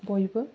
बयबो